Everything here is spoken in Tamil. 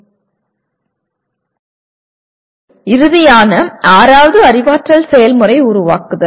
இப்போது இறுதியான ஆறாவது அறிவாற்றல் செயல்முறை உருவாக்குதல்